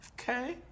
Okay